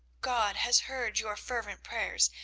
god has heard your fervent prayers,